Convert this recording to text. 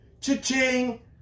Cha-ching